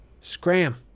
Scram